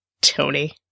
Tony